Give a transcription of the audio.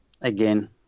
Again